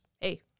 hey